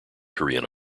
korean